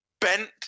bent